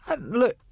Look